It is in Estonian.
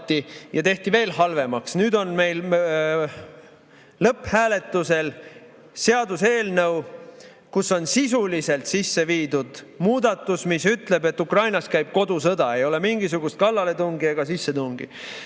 ja tehti veel halvemaks. Nüüd on meil lõpphääletusel seaduseelnõu, kuhu on sisuliselt sisse viidud muudatus, mis ütleb, et Ukrainas käib kodusõda, ei ole mingisugust kallaletungi ega sissetungi. Teiseks